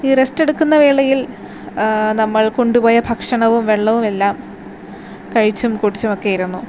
ഈ റസ്റ്റ് എടുക്കുന്ന വേളയിൽ നമ്മൾ കൊണ്ടുപോയ ഭക്ഷണവും വെള്ളവും എല്ലാം കഴിച്ചും കുടിച്ചും ഒക്കെ ഇരുന്നു